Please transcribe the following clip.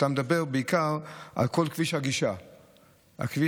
אתה מדבר בעיקר על כל כביש הגישה לאכסאל.